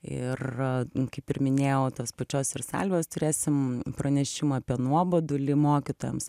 ir kaip ir minėjau tos pačios ir salvės turėsim pranešimą apie nuobodulį mokytojams